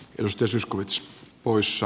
arvoisa puhemies